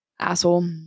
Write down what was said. Asshole